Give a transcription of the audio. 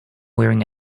wearing